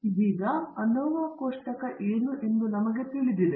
ಇದೀಗ ANOVA ಕೋಷ್ಟಕ ಏನು ಎಂದು ನಮಗೆ ತಿಳಿದಿದೆ